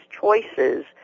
choices